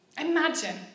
Imagine